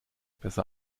besser